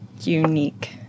Unique